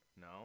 no